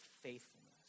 faithfulness